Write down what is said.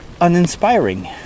uninspiring